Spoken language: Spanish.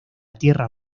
tierra